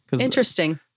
interesting